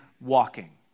walking